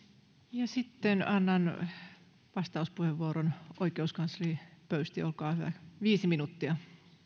sitten annan vastauspuheenvuoron oikeuskansleri pöystille olkaa hyvä viisi minuuttia